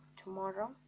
tomorrow